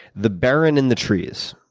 the baron in the trees.